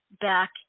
back